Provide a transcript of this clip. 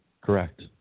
Correct